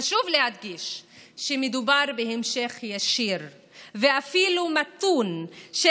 חשוב להדגיש שמדובר בהמשך ישיר ואפילו מתון של